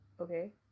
Okay